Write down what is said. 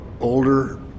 older